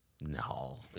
No